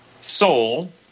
soul